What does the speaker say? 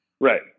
Right